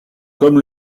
comme